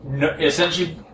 essentially